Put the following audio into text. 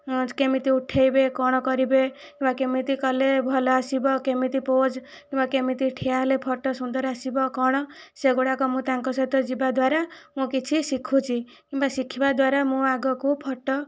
କେମିତି ଉଠେଇବେ କ'ଣ କରିବେ ବା କେମିତି କଲେ ଭଲ ଆସିବ କେମିତି ପୋଜ କିମ୍ବା କେମିତି ଠିଆ ହେଲେ ଫଟୋ ସୁନ୍ଦର ଆସିବ କ'ଣ ସେହି ଗୁଡ଼ାକ ମୁଁ ତାଙ୍କ ସହିତ ଯିବାଦ୍ଵାରା ମୁଁ କିଛି ଶିଖୁଛି କିମ୍ବା ଶିଖିବା ଦ୍ଵାରା ମୁଁ ଆଗକୁ ଫଟୋ